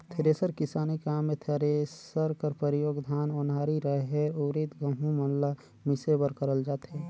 thresher किसानी काम मे थरेसर कर परियोग धान, ओन्हारी, रहेर, उरिद, गहूँ मन ल मिसे बर करल जाथे